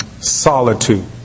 Solitude